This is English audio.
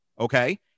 okay